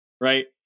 right